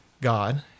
God